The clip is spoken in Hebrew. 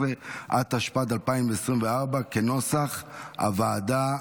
16), התשפ"ד 2024, כנוסח הוועדה,